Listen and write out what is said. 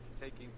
taking